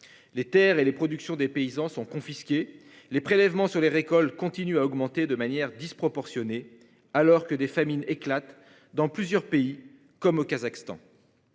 Les Terres et les productions des paysans sont confisqués les prélèvements sur les récoltes continue à augmenter de manière disproportionnée. Alors que des familles éclate dans plusieurs pays, comme au Kazakhstan.